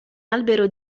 albero